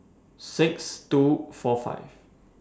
six two four five